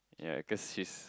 yea cause she's